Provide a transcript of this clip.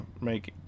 make